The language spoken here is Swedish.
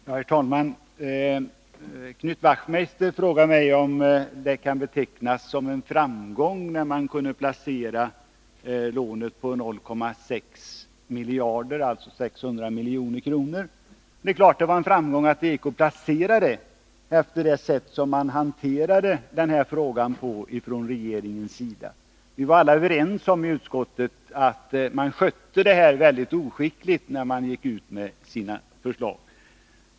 Herr talman! Knut Wachtmeister frågar mig om det kan betecknas som en framgång när man kunnat placera detta lån på 0,6 miljarder, alltså 600 milj.kr. Det är klart att det var en framgång att det gick att placera det, med tanke på det sätt på vilket regeringen hanterade frågan. Vi i utskottet var överens om att man hade skött det här väldigt oskickligt när man gick ut med sina förslag.